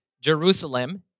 Jerusalem